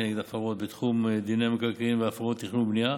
כנגד הפרות בתחום דיני המקרקעין והפרות תכנון ובנייה